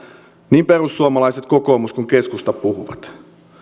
niin perussuomalaiset kokoomus kuin keskusta puhuvat